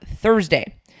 Thursday